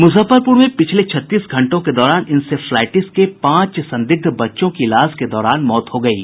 मुजफ्फरपुर में पिछले छत्तीस घंटों के दौरान इंसेफ्लाईटिस के पांच संदिग्ध बच्चों की इलाज के दौरान मौत हो गयी